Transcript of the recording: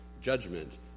judgment